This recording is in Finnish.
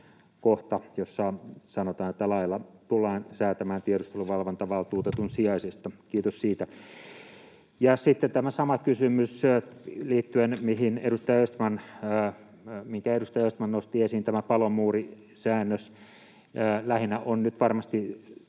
kohta, jossa sanotaan, että lailla tullaan säätämään tiedusteluvalvontavaltuutetun sijaisista — kiitos siitä. Ja sitten tämä sama kysymys liittyen siihen, minkä edustaja Östman nosti esiin: tämä palomuurisäännös. Lähinnä on nyt varmasti